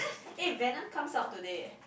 eh Venom comes out today